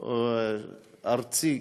או ארצית,